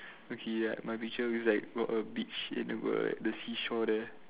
okay like my picture is like got a beach and got the seashore there